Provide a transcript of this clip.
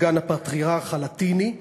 סגן הפטריארך הלטיני,